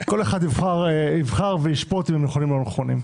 כל אחד ישפוט אם הם נכונים או לא נכונים.